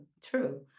true